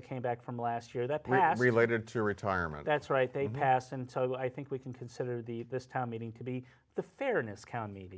said came back from last year that related to retirement that's right they pass and so i think we can consider the this town meeting to be the fairness county